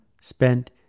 spent